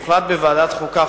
הוחלט בוועדת החוקה,